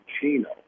Chino